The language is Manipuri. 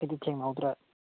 ꯑꯩꯗꯤ ꯊꯦꯡꯅꯍꯧꯗ꯭ꯔꯦ